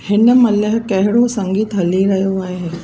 हिनमहिल कहिड़ो संगीत हली रहियो आहे